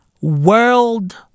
world